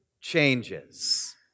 changes